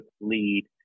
lead